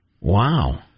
Wow